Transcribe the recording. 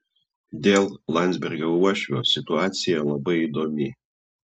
dėl landsbergio uošvio situacija labai įdomi